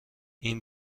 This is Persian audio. این